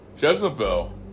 Jezebel